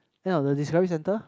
eh no the discovery center